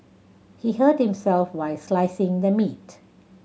he hurt himself while slicing the meat